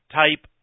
type